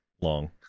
long